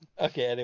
Okay